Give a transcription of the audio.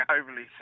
overly